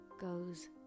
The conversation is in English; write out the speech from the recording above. goes